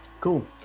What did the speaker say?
cool